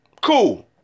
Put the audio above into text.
Cool